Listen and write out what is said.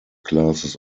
classes